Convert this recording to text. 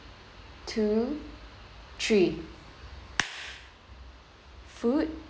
two three food